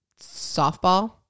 softball